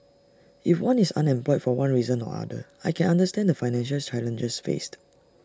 if one is unemployed for one reason or other I can understand the financial challenges faced